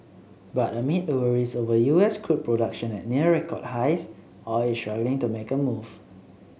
but amid worries over U S crude production at near record highs oil is struggling to make a move